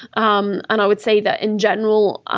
um and i would say that, in general,